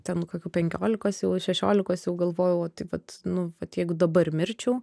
ten kokių penkiolikos šešiolikos jau galvojau tai vat nu vat jeigu dabar mirčiau